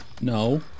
No